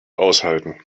aushalten